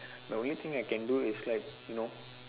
the only thing I can do is like you know